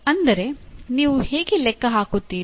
ಅಂದರೆ ನೀವು ಹೇಗೆ ಲೆಕ್ಕ ಹಾಕುತ್ತೀರಿ